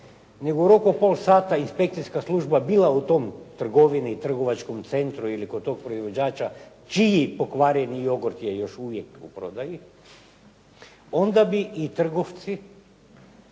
nego u roku pola sata inspekcijska služba bila u tom trgovini, trgovačkom centru ili kod tog proizvođača čiji pokvareni jogurt je još uvijek u prodaji, onda bi i trgovci